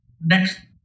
next